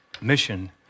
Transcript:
mission